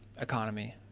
economy